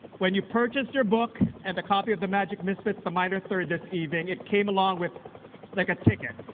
when you purchased your book and the copy of the magic misfits, the minor third, this evening, it came along with like a ticket.